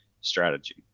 strategy